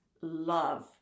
love